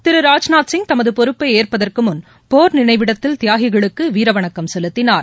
திரு ராஜ்நாத் சிங் தமது பொறுப்பை ஏற்பதற்கு முன் போர் நினைவிடத்தில் தியாகிகளுக்கு வீர வணக்கம் செலுத்தினார்